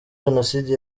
jenoside